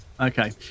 Okay